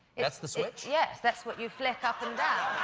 that's the switch? yes, that's what you flick up and